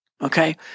Okay